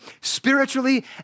spiritually